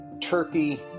Turkey